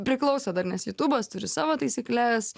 priklauso dar nes jutubas turi savo taisykles